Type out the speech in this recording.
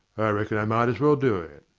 i reckon i might as well do it.